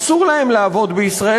אסור להם לעבוד בישראל,